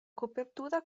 copertura